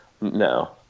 no